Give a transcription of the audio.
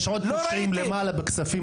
יש עוד פושעים למעלה בכספים,